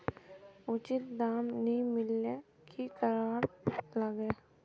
उचित दाम नि मिलले की करवार लगे?